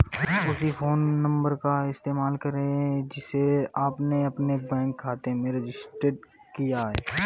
उसी phone number का इस्तेमाल करें जिसे आपने अपने बैंक खाते में रजिस्टर किया है